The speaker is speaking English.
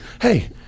Hey